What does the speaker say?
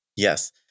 Yes